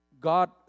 God